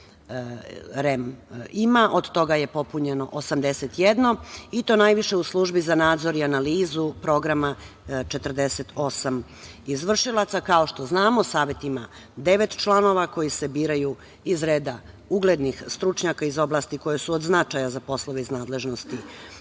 ima, od toga je popunjeno 81, i to najviše u Službi za nadzor i analizu programa – 48 izvršilaca. Kao što znamo, Savet ima devet članova koji se biraju iz reda uglednih stručnjaka iz oblasti koje su od značaja za poslove iz nadležnosti